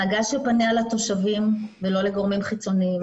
הנהגה שפניה לתושבים ולא לגורמים חיצוניים,